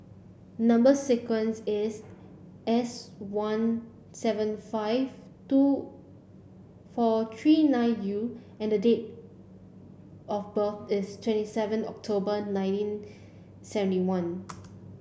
number sequence is S one seven five two four three nine U and the date of birth is twenty seven October nineteen seventy one